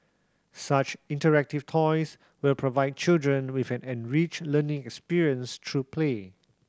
such interactive toys will provide children with an enriched learning experience through play